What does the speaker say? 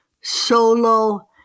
solo